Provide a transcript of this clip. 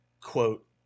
quote